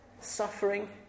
suffering